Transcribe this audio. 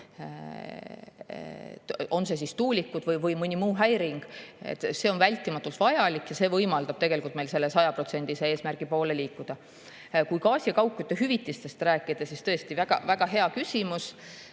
on see siis tuulik või mõni muu häiring, on vältimatult vaja ja see võimaldab meil selle 100% eesmärgi poole liikuda. Kui gaasi ja kaugkütte hüvitistest rääkida, siis tõesti on see väga hea küsimus.